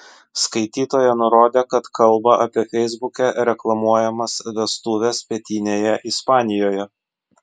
skaitytoja nurodė kad kalba apie feisbuke reklamuojamas vestuves pietinėje ispanijoje